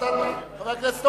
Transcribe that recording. חבר הכנסת